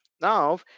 now